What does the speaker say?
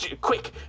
Quick